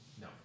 No